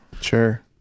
Sure